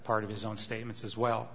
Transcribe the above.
part of his own statements as well